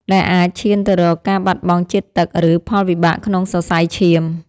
ដែលអាចឈានទៅរកការបាត់បង់ជាតិទឹក ឬផលវិបាកក្នុងសរសៃឈាម។